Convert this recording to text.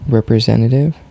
Representative